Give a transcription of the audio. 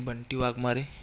Bunty Waghmare